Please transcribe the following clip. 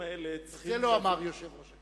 את זה לא אמר יושב-ראש הכנסת.